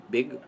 Big